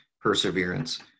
perseverance